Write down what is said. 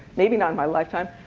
maybe not in my lifetime.